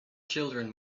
children